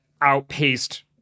outpaced